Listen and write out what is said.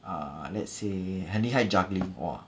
uh let's say 很厉害 juggling !wah!